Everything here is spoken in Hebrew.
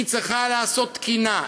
היא צריכה לעשות תקינה,